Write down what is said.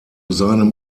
seinem